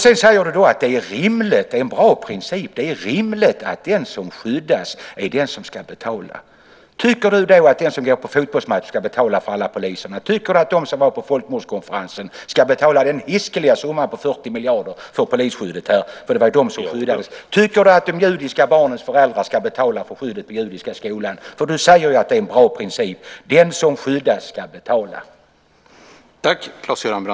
Sedan säger du att det är rimligt och en bra princip att den som skyddas är den som ska betala. Tycker du då att den som går på fotbollsmatch ska betala för alla poliserna? Tycker du att de som var på folkmordskonferensen ska betala den hiskliga summan på 40 miljarder för polisskyddet? Det var ju de som skyddades. Tycker du att de judiska barnens föräldrar ska betala för skyddet vid Judiska skolan? Du säger ju att det är en bra princip. Den som skyddas ska betala.